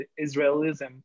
Israelism